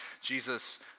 Jesus